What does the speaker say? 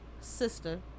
sister